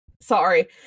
Sorry